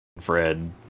Fred